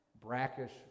brackish